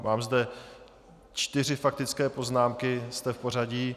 Mám zde čtyři faktické poznámky, jste v pořadí.